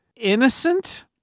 innocent